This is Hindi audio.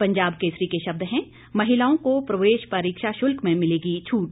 पंजाब केसरी के शब्द हैं महिलाओं को प्रवेश परीक्षा शुल्क में मिलेगी छूट